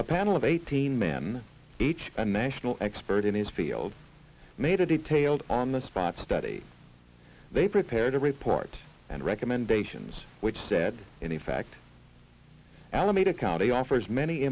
a panel of eighteen men each a national expert in his field made a detailed on the spot study they prepared a report and recommendations which said in effect alameda county offers many